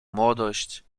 młodość